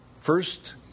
First